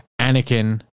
Anakin